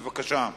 בבקשה.